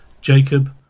Jacob